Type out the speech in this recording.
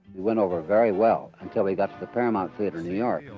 went over very well, until we got to the paramount theater in new york,